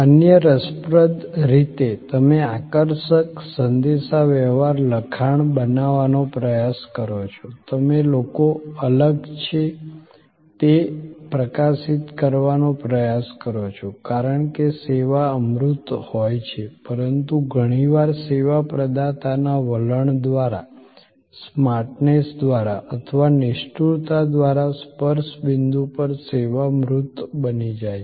અન્ય રસપ્રદ રીતે તમે આકર્ષક સંદેશાવ્યવહાર લખાણ બનાવવાનો પ્રયાસ કરો છો તમે લોકો અલગ છે તે પ્રકાશિત કરવાનો પ્રયાસ કરો છો કારણકે સેવા અમૂર્ત હોય છે પરંતુ ઘણીવાર સેવા પ્રદાતા ના વલણ દ્વારા સ્માર્ટનેસ દ્વારા અથવા નિષ્ઠુરતા દ્વારા સ્પર્શ બિંદુ પર સેવા મૂર્ત બની જાય છે